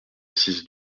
six